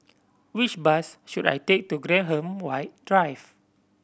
which bus should I take to Graham White Drive